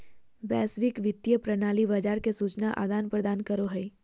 वैश्विक वित्तीय प्रणाली बाजार के सूचना आदान प्रदान करो हय